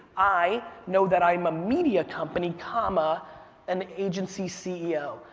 i know that i am a media company-comma-an and agency ceo,